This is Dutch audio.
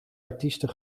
artiesten